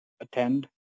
attend